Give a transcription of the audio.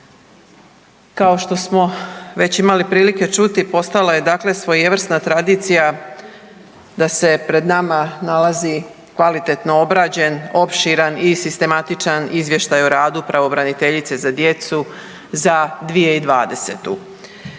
Kao što smo već imali prilike čuti postala je svojevrsna tradicija da se pred nama nalazi kvalitetno obrađen, opširan i sistematičan izvještaj o radu pravobraniteljice za djecu za 2020.